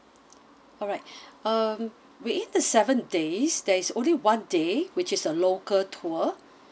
alright um within the seven days there is only one day which is a local tour